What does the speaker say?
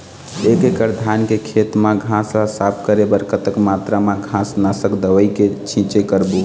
एक एकड़ धान के खेत मा घास ला साफ करे बर कतक मात्रा मा घास नासक दवई के छींचे करबो?